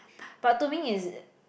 but to me it's